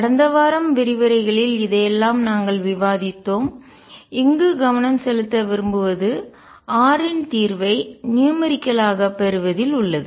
கடந்த வாரம் விரிவுரைகளில் இதையெல்லாம் நாங்கள் விவாதித்தோம் இங்கு கவனம் செலுத்த விரும்புவது r இன் தீர்வைப் நியூமெரிக்கல்எண்ணியல் ஆக பெறுவதில் உள்ளது